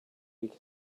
week